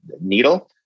needle